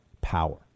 power